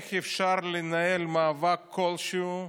איך אפשר לנהל מאבק כלשהו?